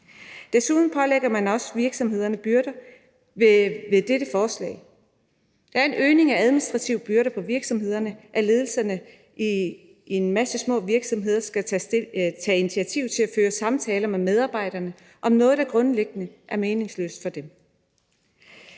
Desuden pålægger man også virksomhederne byrder med dette forslag. Det er en øgning af de administrative byrder for virksomhederne, at ledelserne i en masse små virksomheder skal tage initiativ til at føre samtaler med medarbejderne om noget, der grundlæggende er meningsløst for dem.